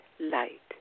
Light